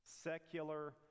secular